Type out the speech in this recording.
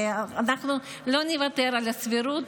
ואנחנו לא נוותר על הסבירות.